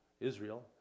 Israel